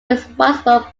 responsible